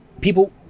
people